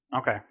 Okay